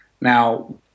Now